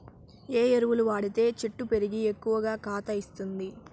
ఏ ఎరువులు వాడితే చెట్టు పెరిగి ఎక్కువగా కాత ఇస్తుంది?